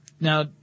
Now